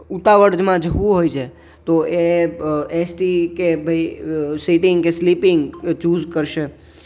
ઉતાવળમાં જવું જ હોય છે તો એસટી કે સીટિંગ કે સ્લિપિંગ ચૂઝ કરશે